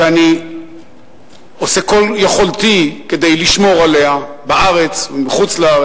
שאני עושה כל יכולתי כדי לשמור עליה בארץ ובחו"ל,